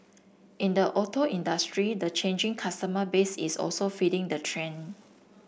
in the auto industry the changing customer base is also feeding the trend